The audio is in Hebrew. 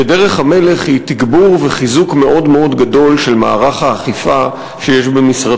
דרך המלך היא תגבור וחיזוק מאוד מאוד גדול של מערך האכיפה שבמשרדך.